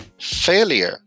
Failure